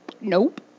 Nope